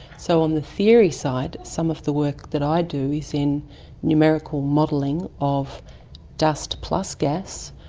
so on the theory side, some of the work that i do is in numerical modelling of dust plus gas,